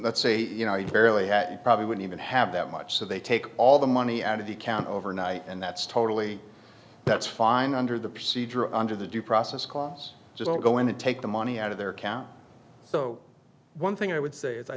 that's a you know you barely had it probably wouldn't even have that much so they take all the money out of the account overnight and that's totally that's fine under the procedure under the due process clause just go in and take the money out of their account so one thing i would say is i